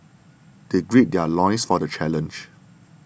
they gird their loins for the challenge